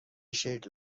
شکل